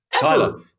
Tyler